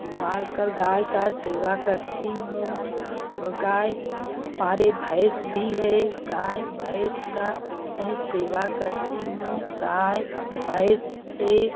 बाल कर गाय का सेवा करती हूँ वह गाय हमारे भेंस भी है गाय भेंस का मैं सेवा करती हूँ गाय भेंस से